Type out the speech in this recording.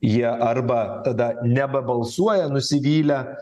jie arba tada nebebalsuoja nusivylę